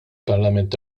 parlament